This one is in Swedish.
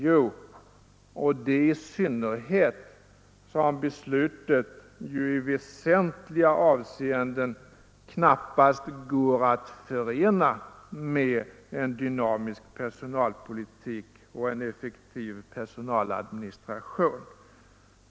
Jo, och det i synnerhet som beslutet i väsentliga avseenden knappast går att förena med en dynamisk personalpolitik och en effektiv personaladministration.